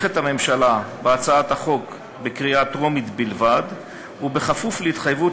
הממשלה תומכת בהצעת החוק בקריאה טרומית בלבד ובכפוף להתחייבות